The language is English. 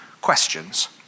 questions